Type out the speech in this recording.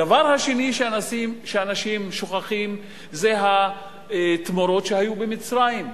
הדבר השני שאנשים שוכחים זה התמורות שהיו במצרים.